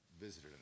visited